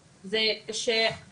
אלפי מתקני ספורט